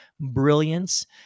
brilliance